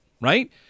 right